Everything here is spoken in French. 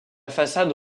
façade